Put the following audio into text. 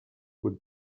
would